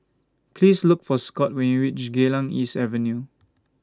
Please Look For Scott when YOU REACH Geylang East Avenue